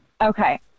Okay